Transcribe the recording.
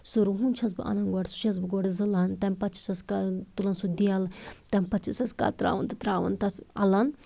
سُہ رُہُن چھَس بہٕ اَنان گۄڈٕ سُہ چھَس بہٕ زٕلَن تَمہِ پتہٕ چھَسس تُلان سُہ دٮ۪ل تَمہِ پتہٕ چھَسس کتراوان تہٕ ترٛاوان تَتھ اَلَن